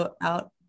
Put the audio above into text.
out